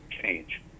change